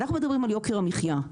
אנחנו מדברים על יוקר המחייה,